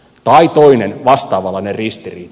tai toinen vastaavanlainen ristiriita